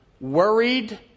Worried